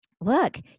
Look